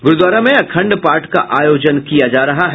ग्रूद्वारा में अखंड पाठ का आयोजन किया जा रहा है